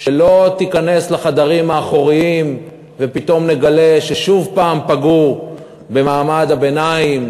שלא תיכנס לחדרים האחוריים ופתאום נגלה ששוב פעם פגעו במעמד הביניים,